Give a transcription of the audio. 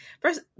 first